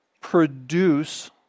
produce